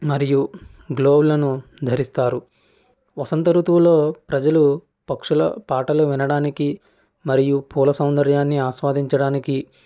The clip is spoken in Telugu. మరియు గ్లౌసులను ధరిస్తారు వసంత ఋతువులో ప్రజలు పక్షుల పాటలు వినడానికి మరియు పూల సౌందర్యాన్ని ఆస్వాదించడానికి